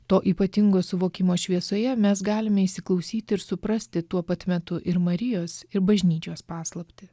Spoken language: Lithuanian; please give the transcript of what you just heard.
to ypatingo suvokimo šviesoje mes galime įsiklausyti ir suprasti tuo pat metu ir marijos ir bažnyčios paslaptį